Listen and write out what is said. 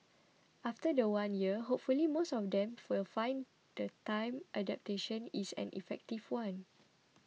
after the one year hopefully most of them will find the adaptation is an effective one